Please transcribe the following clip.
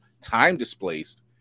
time-displaced